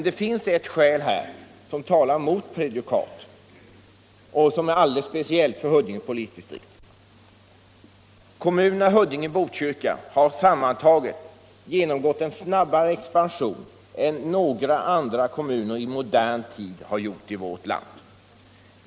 Det finns emellertid en omständighet som talar mot farhågan för sådant prejudikat. Kommunerna Huddinge och Botkyrka har sammantaget genomgått en snabbare expansion än några andra kommuner i modern tid har gjort i vårt land.